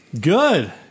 Good